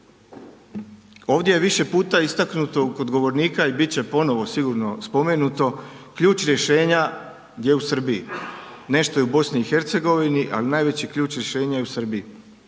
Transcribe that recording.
Ovdje je više puta istaknuto kod govornika i bit će ponovno, sigurno, spomenuto, ključ rješenja je u Srbiji. Nešto je u BiH, ali najveći ključ rješenja je u Srbiji.